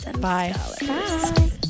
Bye